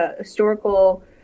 historical